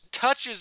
touches